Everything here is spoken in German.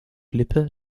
lippe